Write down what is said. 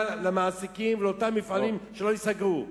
למעסיקים ולאותם מפעלים שלא ייסגרו.